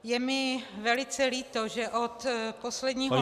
Je mi velice líto, že od posledního